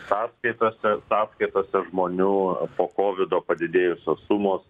sąskaitose sąskaitose žmonių po kovido padidėjusios sumos